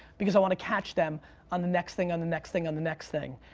because i want to catch them on the next thing, on the next thing, on the next thing.